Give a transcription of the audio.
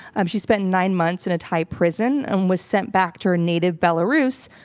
um she spent nine months in a thai prison and was sent back to her native belarus,